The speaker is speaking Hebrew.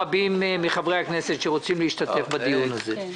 רבים מחברי הכנסת רוצים להשתתף בדיון הזה.